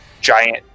giant